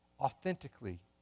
authentically